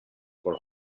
for